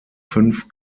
fünf